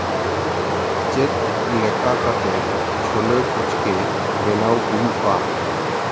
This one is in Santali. ᱪᱮᱫ ᱞᱮᱠᱟ ᱠᱟᱛᱮᱫ ᱪᱷᱳᱞᱮ ᱠᱩᱪᱠᱮ ᱵᱮᱱᱟᱣ ᱦᱩᱭᱩᱜᱼᱟ